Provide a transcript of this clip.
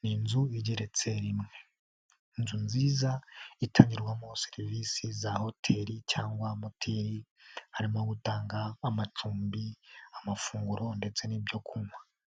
n'inzu igeretse rimwe, inzu nziza itangirwamo serivisi za hoteli cyangwa moteri harimo gutanga amacumbi, amafunguro ndetse n'ibyo kunywa.